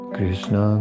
Krishna